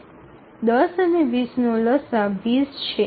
૧0 અને ૨0 નો લસાઅ ૨0 છે